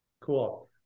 Cool